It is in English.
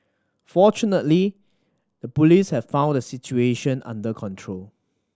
fortunately the Police have brought the situation under control